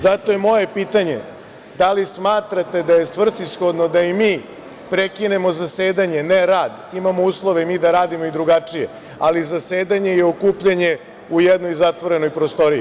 Zato je moje pitanje - da li smatrate da je svrsishodno da i mi prekinemo zasedanje, ne rad, imamo uslove i mi da radimo drugačije, ali zasedanje i okupljanje u jednoj zatvorenoj prostoriji?